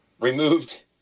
removed